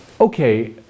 Okay